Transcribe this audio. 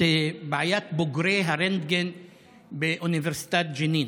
את בעיית בוגרי הרנטגן באוניברסיטת ג'נין.